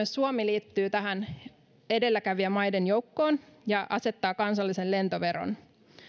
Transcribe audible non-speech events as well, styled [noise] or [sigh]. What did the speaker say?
[unintelligible] suomi liittyy tähän edelläkävijämaiden joukkoon ja asettaa kansallisen lentoveron